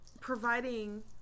providing